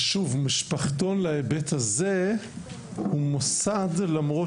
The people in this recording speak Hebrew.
משפחתון להיבט הזה הוא מוסד למרות